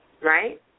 Right